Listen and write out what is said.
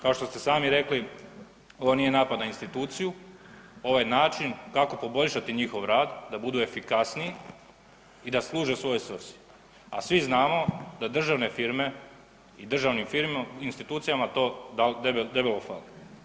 Kao što ste sami rekli ovo nije napad na instituciju ovo je način kako poboljšati njihov rad da budu efikasniji i da služe svojoj svrsi, a svi znamo da državne firme i državnim institucijama to debelo fali.